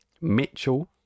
Mitchell